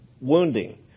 wounding